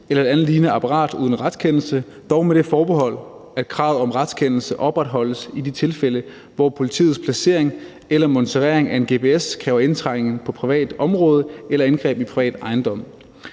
eller et andet lignende apparat uden retskendelse, dog med det forbehold, at kravet om retskendelse opretholdes i de tilfælde, hvor politiets placering eller monitorering af en gps kræver indtrængen på privat område eller indgreb i forhold til privat ejendom.